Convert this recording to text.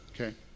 Okay